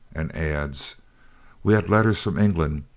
and adds we had letters from england,